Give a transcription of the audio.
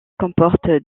comporte